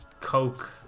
coke